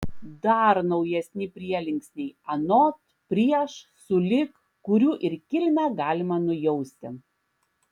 dar naujesni prielinksniai anot prieš sulig kurių ir kilmę galima nujausti